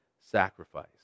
sacrifice